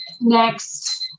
next